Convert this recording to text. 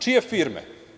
Čije firme?